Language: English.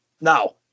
now